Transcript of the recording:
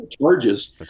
charges